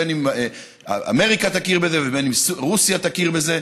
בין אם אמריקה תכיר בזה ובין אם רוסיה תכיר בזה,